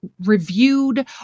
reviewed